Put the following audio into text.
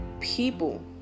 people